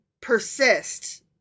persist